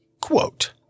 quote